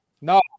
No